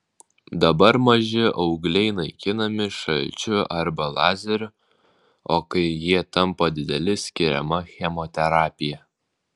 dabar maži augliai naikinami šalčiu arba lazeriu o kai jie tampa dideli skiriama chemoterapija